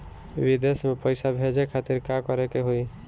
विदेश मे पैसा भेजे खातिर का करे के होयी?